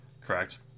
correct